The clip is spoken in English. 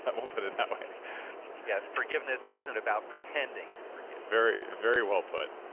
but we'll put it that way yeah forgiveness isn't about pretending to forgive very very well put.